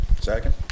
Second